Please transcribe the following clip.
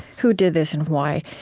who did this and why?